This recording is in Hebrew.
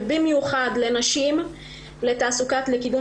ובמיוחד לקידום